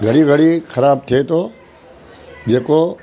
घड़ी घड़ी ख़राबु थिए थो जेको